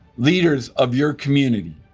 leaders of your community,